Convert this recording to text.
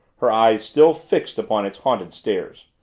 her eyes still fixed upon its haunted stairs.